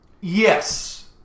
Yes